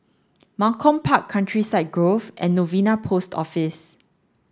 Malcolm Park Countryside Grove and Novena Post Office